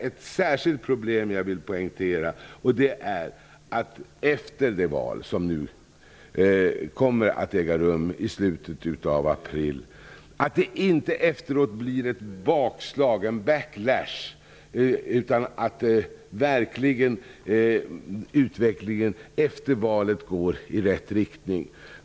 Ett särskilt problem som jag vill poängtera är att det efter det val som nu kommer att äga rum i slutet av april inte blir ett bakslag, en backlash, utan att verkligen utvecklingen efter valet går i rätt riktning.